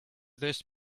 this